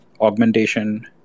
augmentation